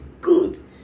good